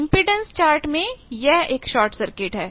impedance chart में यह एक शॉर्ट सर्किट है